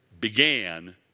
began